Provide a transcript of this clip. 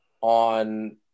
on